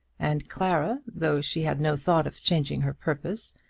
and clara, though she had no thought of changing her purpose,